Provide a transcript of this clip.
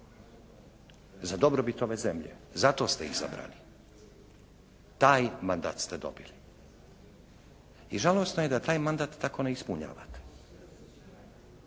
Za dobrobit ove zemlje. Zato ste izabrani. Taj mandat ste dobili. I žalosno je da taj mandat tako ne ispunjavate.